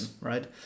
right